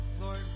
Lord